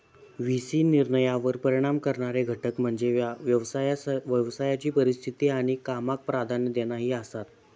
V C निर्णयांवर परिणाम करणारे घटक म्हणजे व्यवसायाची परिस्थिती आणि कामाक प्राधान्य देणा ही आसात